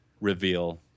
reveal